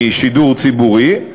משידור ציבורי,